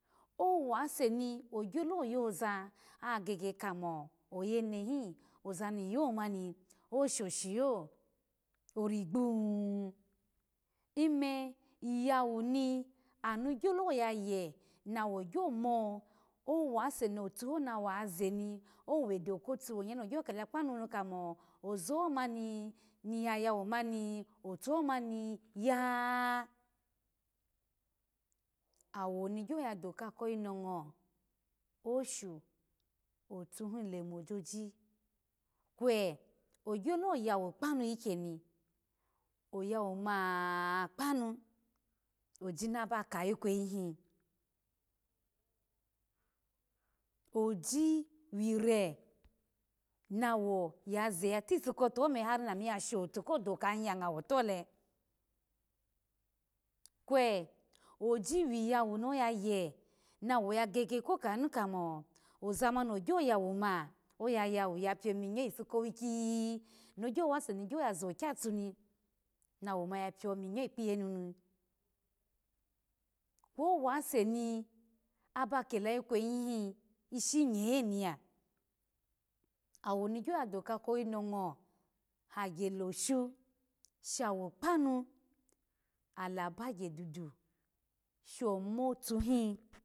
Owase ni ogyolo yoza oya geye ya ka mo oyene hin oza ni yo mani oshoshiyo origbo ime iyawu ni anu gyolo yaye na wo gyo mo owase na wo otu ho na wo ya zani owedo kotu wonye no gyolo kela kpanu ozuma ni niya yawu ma ni otuho maniya, owo ni gyoya doka ko yino ngo, oshuotu hinle mojoji kwe ogyolo yawu kpa nu ikyeni, ayawuma kpanu, osina ba ka ikweyihi, obi wire na woya za yotifu kotuho ome hari na na yashotu kodo ka hin ya ngwo yatole, kwe oji wiyawu no yaye no woye gege ko kada nu kamo ozamani ogyo yawu ma ayayawu ya piomunyo ifu ko wiki no gyo wase ni gyo ya zo kyatu ni na wo ma ya piominyo ikpiye nuni owaseni aba kela ikweyi hini ishi nye niya, awo ni gyo ya do ka ko yinongo hagya lashu shawu kpanu ala bagya dudu sho motu hin